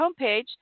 homepage